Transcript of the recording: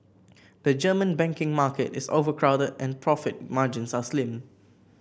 the German banking market is overcrowded and profit margins are slim